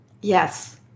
Yes